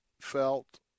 felt